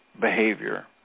behavior